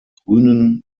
grünen